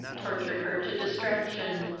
tortured her to distraction,